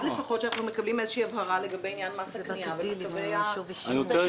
לפחות שנקבל איזו הבהרה לגבי מס הקנייה ולגבי ההטבות?